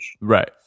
Right